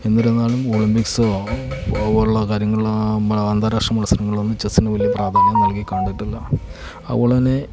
എന്നിരുന്നാലും ഒളിമ്പിക്സോ അതുപോലുള്ള കാര്യങ്ങളാ അന്താരാഷ്ട്ര മത്സരങ്ങളൊന്നും ചെസ്സിന് വലിയ പ്രാധാന്യം നൽകി കണ്ടിട്ടില്ല അതുപോലെ തന്നെ